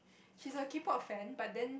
she's a Kpop fan but then